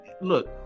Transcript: look